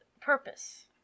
purpose